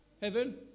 heaven